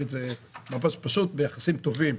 פשוט ביחסים טובים.